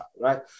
Right